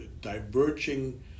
diverging